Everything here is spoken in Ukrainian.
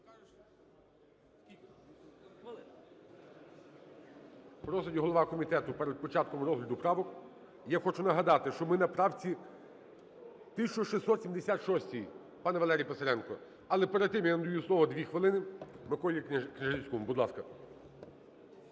Просить голова комітету перед початком розгляду правок. Я хочу нагадати, що ми на правці 1676 – пане Валерій Писаренко. Але перед тим я вам даю слово, 2 хвилини, Миколі